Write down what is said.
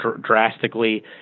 drastically